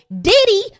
Diddy